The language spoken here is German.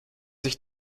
sich